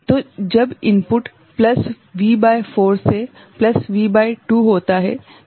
तो जब input plus V भागित 4 से प्लस V भागित 2 होता है